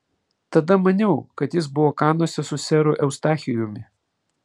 tada maniau kad jis buvo kanuose su seru eustachijumi